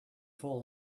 full